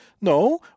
no